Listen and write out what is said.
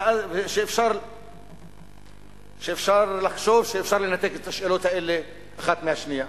שאפשר לחשוב שאפשר לנתק את השאלות האלה האחת מהשנייה.